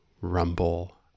rumble